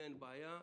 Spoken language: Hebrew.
אין לי בעיה,